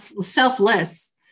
selfless